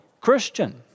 Christian